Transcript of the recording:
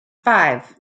five